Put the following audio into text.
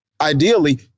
ideally